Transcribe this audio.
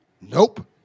Nope